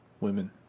Women